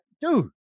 dude